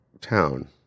town